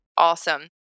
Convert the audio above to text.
Awesome